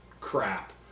crap